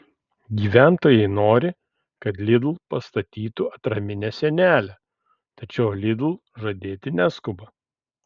gyventojai nori kad lidl pastatytų atraminę sienelę tačiau lidl žadėti neskuba